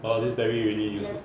!wah! this barry really use